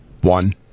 One